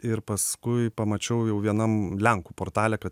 ir paskui pamačiau jau vienam lenkų portale kad